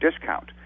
discount